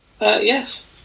Yes